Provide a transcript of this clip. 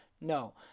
No